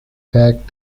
fact